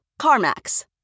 CarMax